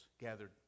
gathered